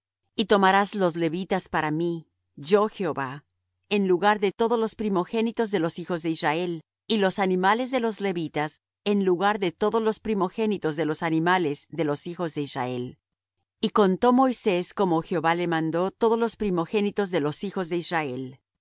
y tomarás los levitas para mí yo jehová en lugar de todos los primogénitos de los hijos de israel y los animales de los levitas en lugar de todos los primogénitos de los animales de los hijos de israel y contó moisés como jehová le mandó todos los primogénitos de los hijos de israel